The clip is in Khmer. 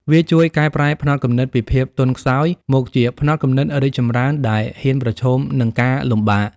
វាជួយកែប្រែផ្នត់គំនិតពីភាពទន់ខ្សោយ មកជាផ្នត់គំនិតរីកចម្រើន ដែលហ៊ានប្រឈមនឹងការលំបាក។